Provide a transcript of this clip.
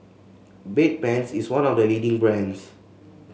Bedpans is one of the leading brands